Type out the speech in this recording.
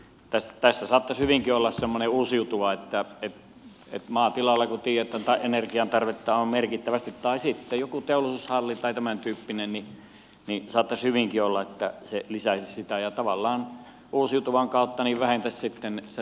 tässä saattaisi hyvinkin olla semmoinen uusiutuva että kun maatilalla kuten tiedätte energian tarvetta on merkittävästi tai sitten jossakin teollisuushallissa tai tämäntyyppisessä niin saattaisi hyvinkin olla että se lisäisi sitä ja tavallaan uusiutuvan kautta vähentäisi sitten muuta sähköntuotantoa